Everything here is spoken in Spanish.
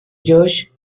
josh